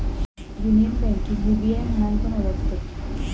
union बैंकेक UBI म्हणान पण ओळखतत